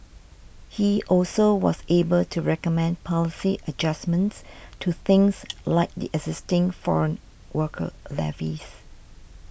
he also was able to recommend policy adjustments to things like the existing foreign worker levies